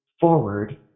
forward